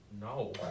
No